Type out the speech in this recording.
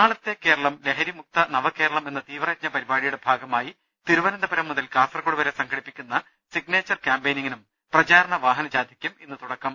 നാളത്തെ കേരളം ലഹരി മുക്ത നവ കേരളം എന്ന തീവ്രയജ്ഞ പരിപാടി യുടെ ഭാഗമായി തിരുവനന്തപുരം മുതൽ കാസർകോട് വരെ സംഘടിപ്പിക്കുന്ന സിഗ്നേച്ചർ കാംപയിനിങ്ങിനും പ്രചാരണ വാഹന ജാഥയ്ക്കും ഇന്ന് തുടക്കം